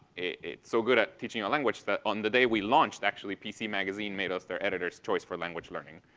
it's so good at teaching a language that on the day we launched, actually, pc magazine made us their editor's choice for language learning.